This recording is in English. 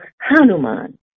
Hanuman